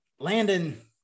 Landon